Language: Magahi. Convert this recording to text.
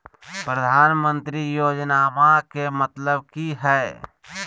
प्रधानमंत्री योजनामा के मतलब कि हय?